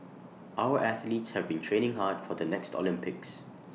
our athletes have been training hard for the next Olympics